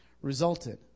resulted